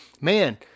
man